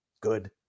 good